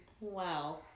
Wow